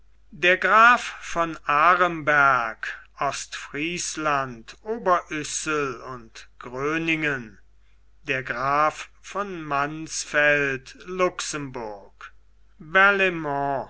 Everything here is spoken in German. der graf von aremberg ostfriesland oberyssel und gröningen der graf von mansfeld luxemburg